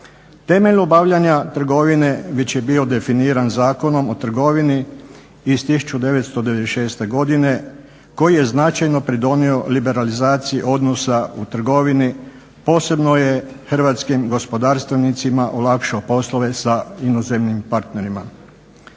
Temelj obavljanja trgovine već je bio definiran Zakonom o trgovini iz 1996. godine koji je značajno pridonio liberalizaciji odnosa u trgovini. Posebno je hrvatskim gospodarstvenicima olakšao poslove sa inozemnim partnerima.